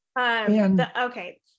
Okay